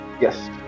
Yes